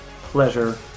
pleasure